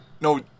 No